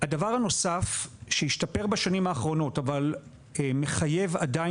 הדבר הנוסף שהשתפר בשנים האחרונות אבל מחייב עדין